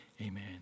amen